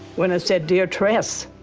when it said, dear teres,